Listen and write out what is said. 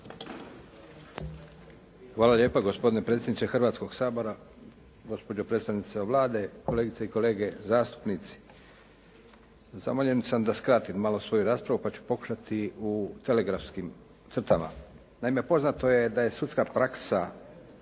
Hvala lijepa gospodine predsjedniče Hrvatskog sabora. Gospođo predstavnica Vlade, kolegice i kolege zastupnici. Zamoljen sam da skratim malo svoju raspravu pa ću pokušati u telegrafskim crtama. Naime, poznato je da je sudska praksa